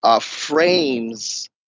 frames